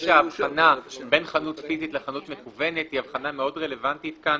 שההבחנה בין חנות פיזית לחנות מקוונת היא מאוד רלוונטית כאן,